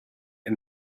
and